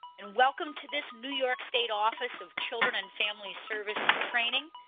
and welcome to this new york state office of children and family services training.